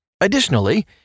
Additionally